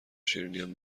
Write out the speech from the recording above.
شیرینیم